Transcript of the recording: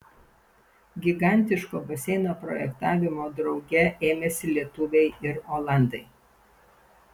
gigantiško baseino projektavimo drauge ėmėsi lietuviai ir olandai